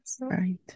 Right